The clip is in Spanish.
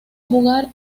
jugar